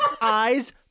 Eyes